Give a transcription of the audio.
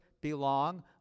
belong